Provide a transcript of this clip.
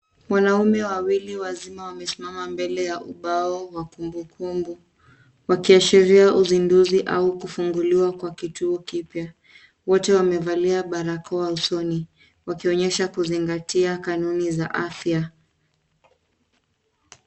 Wanaume wawili wazima wamesimama mbele ya ubao wa kumbukumbu wakiashiria uzinduzi au kufunguliwa kwa kituo kipya. Wote wamevalia barakoa usoni wakionyesha kuzingatia kanuni za afya.